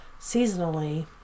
seasonally